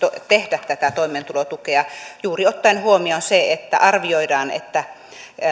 tehdä tätä toimeentulotukea juuri ottaen huomioon se että arvioidaan että